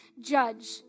judge